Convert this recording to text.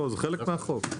זה חלק מהחוק.